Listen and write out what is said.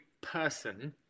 person